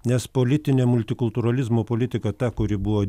nes politinė multikultūralizmo politika ta kuri buvo